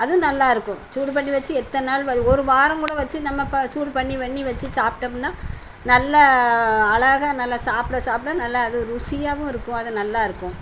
அதுவும் நல்லா இருக்கும் சூடு பண்ணி வைச்சு எத்தனை நாள் வர ஒரு வாரம் கூட வைச்சு நம்ம ப சூடு பண்ணி பண்ணி வைச்சு சாப்பிட்டோம்னா நல்ல அழகா நல்லா சாப்பிட சாப்பிட நல்ல அது ருசியாகவும் இருக்கும் அது நல்லா இருக்கும்